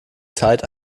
zeit